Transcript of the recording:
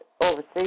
overseas